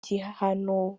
gihano